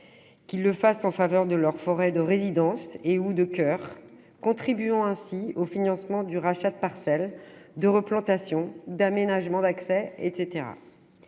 Qu'ils le fassent en faveur de leur forêt de résidence ou de coeur, contribuant ainsi au financement du rachat de parcelles, de replantations, d'aménagements d'accès, etc.